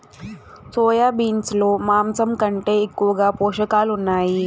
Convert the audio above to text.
soya beans లో మాంసం కంటే ఎక్కువగా పోషకాలు ఉన్నాయి